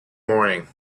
morning